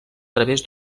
través